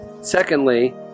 Secondly